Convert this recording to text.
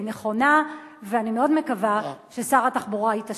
היא נכונה, ואני מאוד מקווה ששר התחבורה יתעשת.